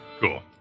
cool